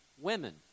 women